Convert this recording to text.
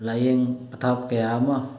ꯂꯥꯏꯌꯦꯡ ꯄꯊꯥꯞ ꯀꯌꯥ ꯑꯃ